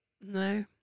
No